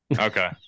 Okay